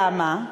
למה?